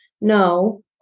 No